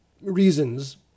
reasons